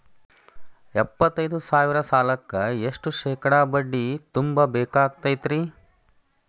ಎಪ್ಪತ್ತೈದು ಸಾವಿರ ಸಾಲಕ್ಕ ಎಷ್ಟ ಶೇಕಡಾ ಬಡ್ಡಿ ತುಂಬ ಬೇಕಾಕ್ತೈತ್ರಿ?